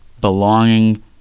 belonging